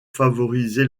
favoriser